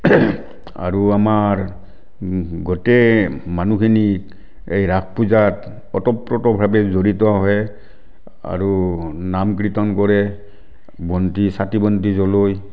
আৰু আমাৰ গোটেই মানুহখিনি এই ৰাস পূজাত ওতঃপ্ৰোতভাৱে জড়িত হয় আৰু নাম কীৰ্তন কৰে বন্তি চাকি বন্তি জ্ৱলায়